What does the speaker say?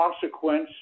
consequence